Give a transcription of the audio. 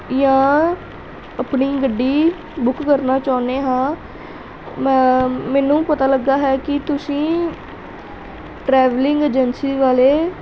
ਜਾਂ ਆਪਣੀ ਗੱਡੀ ਬੁੱਕ ਕਰਨਾ ਚਾਹੁੰਦੇ ਹਾਂ ਮ ਮੈਨੂੰ ਪਤਾ ਲੱਗਾ ਹੈ ਕਿ ਤੁਸੀਂ ਟਰੈਵਲਿੰਗ ਏਜੰਸੀ ਵਾਲੇ